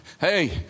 Hey